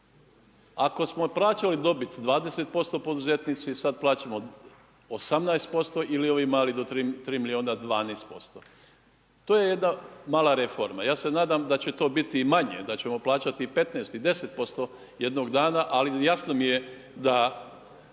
ako smo plaćali dobit 20% poduzetnici, sad plaćamo 18% ili ovi mali do 3 milijuna 12%. To je jedna mala reforma. Ja se nadam da će to biti i manje, da ćemo plaćati 15 i 10% jednog dana, ali jasno mi je da